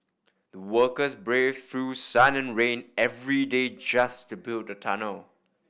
the workers braved through sun and rain every day just to build the tunnel